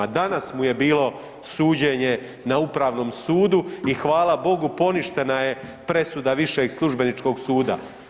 Danas mu je bilo suđenje na upravnom sudu i hvala Bogu poništena je presuda višeg službeničkog suda.